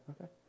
Okay